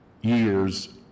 years